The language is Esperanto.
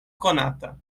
konata